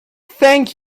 thank